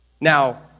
Now